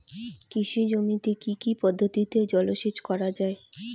কৃষি জমিতে কি কি পদ্ধতিতে জলসেচ করা য়ায়?